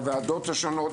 על הוועדות השונות,